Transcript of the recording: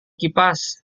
kipas